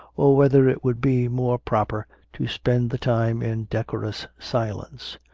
or whether it would be more proper to spend the time in decorous silence.